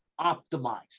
optimized